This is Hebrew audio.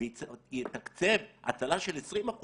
ויתקצב הצלה של 20%,